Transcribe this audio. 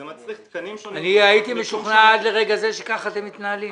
זה מצריך תקנים שונים -- אני הייתי משוכנע עד לרגע זה שכך אתם מתנהלים.